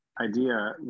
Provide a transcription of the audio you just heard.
idea